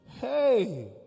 Hey